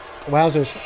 Wowzers